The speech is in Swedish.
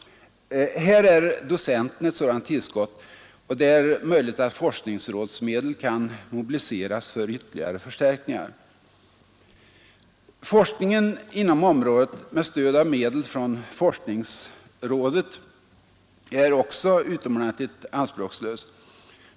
Här skulle docenturen vara ett sådant tillskott, och det är möjligt att forskningsrådsmedel kan mobiliseras för ytterligare förstärkningar. Forskningen inom området med stöd av medel från forskningsrådet är också utomordentligt anspråkslös.